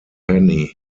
penny